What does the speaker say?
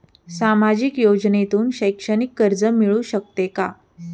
सामाजिक योजनेतून शैक्षणिक कर्ज मिळू शकते का?